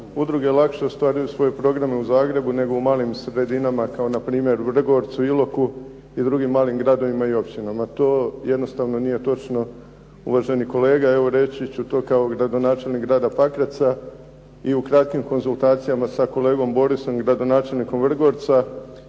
udruge lakše ostvaruju svoje programe u Zagrebu nego u malim sredinama kao npr. Vrgorcu, Iloku i drugim malim gradovima i općinama. To jednostavno nije točno, uvaženi kolega, evo reći ć uto kao gradonačelnik grada Pakraca i u kratkim konzultacijama sa kolegom Borisom i gradonačelnikom Vrgorca